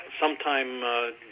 sometime